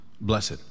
blessed